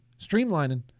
streamlining